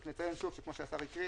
רק נציין שוב, שכמו שהשר הציע,